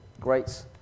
Great